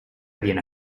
viene